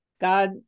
God